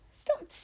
Stop